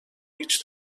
هیچ